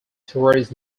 towards